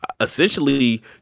essentially